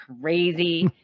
crazy